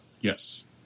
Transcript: Yes